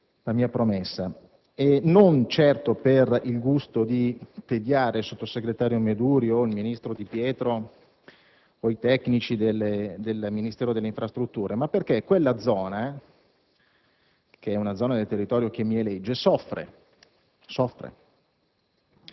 la mia promessa, non certo per il gusto di tediare il sottosegretario Meduri, il ministro Di Pietro o i tecnici del Ministero delle infrastrutture, ma perché quella zona del territorio che mi elegge soffre. Soffrono